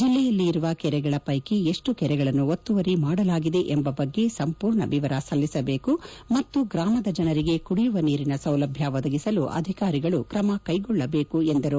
ಜಿಲ್ಲೆಯಲ್ಲಿ ಇರುವ ಕೆರೆಗಳ ಪೈಕಿ ಎಷ್ಟು ಕೆರೆಗಳನ್ನು ಒತ್ತುವರಿ ಮಾಡಲಾಗಿದೆ ಎಂಬ ಬಗ್ಗೆ ಸಂಪೂರ್ಣ ವಿವರ ಸಲ್ಲಿಸಬೇಕು ಮತ್ತು ಗ್ರಾಮದ ಜನರಿಗೆ ಕುಡಿಯುವ ನೀರಿನ ಸೌಲಭ್ಯ ಒದಗಿಸಲು ಅಧಿಕಾರಿಗಳು ತ್ರಮಕೈಗೊಳ್ಳಬೇಕು ಎಂದರು